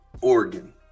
Oregon